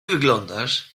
wyglądasz